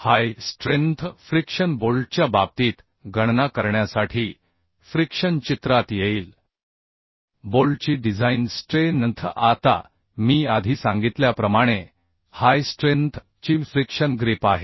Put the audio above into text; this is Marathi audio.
हाय स्ट्रेंन्थ फ्रिक्शन बोल्टच्या बाबतीत गणना करण्यासाठी फ्रिक्शन चित्रात येईल बोल्टची डिझाईन स्ट्रे न्थ आता मी आधी सांगितल्याप्रमाणे हाय स्ट्रेंन्थ ची फ्रिक्शन ग्रिप आहे